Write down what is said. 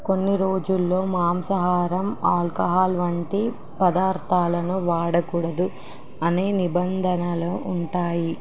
కొన్ని రోజుల్లో మాంసాహారం ఆల్కహాల్ వంటి పదార్థాలను వాడకూడదు అనే నిబంధనలు ఉంటాయి